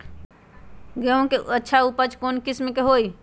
गेंहू के बहुत अच्छा उपज कौन किस्म होई?